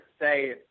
say